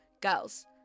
girls